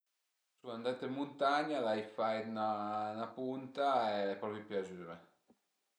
Sun andait ën muntagna, l'ai fait 'na punta e al e propi piazume